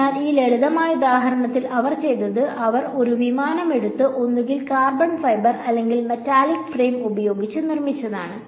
അതിനാൽ ഈ ലളിതമായ ഉദാഹരണത്തിൽ അവർ ചെയ്തത് അവർ ഒരു വിമാനം എടുത്ത് ഒന്നുകിൽ കാർബൺ ഫൈബർ അല്ലെങ്കിൽ മെറ്റാലിക് ഫ്രെയിം ഉപയോഗിച്ച് നിർമ്മിച്ചതാണ്